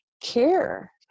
care